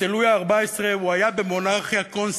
אצל לואי ה-14, הוא היה במונרכיה קונסטיטוציונית.